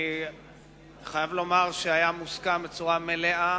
אני חייב לומר שהיה מוסכם בצורה מלאה